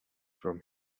from